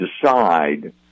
decide